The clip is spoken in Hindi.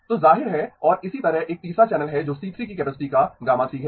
तो जाहिर है और इसी तरह एक तीसरा चैनल है जो C3 की कैपेसिटी का γ3 है